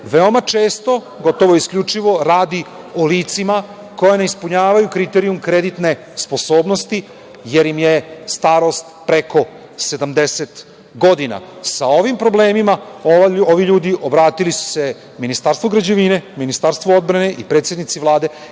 veoma često, gotovo isključivo, radi o licima koja ne ispunjavaju kriterijum kreditne sposobnosti, jer im je starost preko 70 godina. Sa ovim problemima ovi ljudi obratili su se Ministarstvu građevine, Ministarstvu odbrane i predsednici Vlade